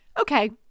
Okay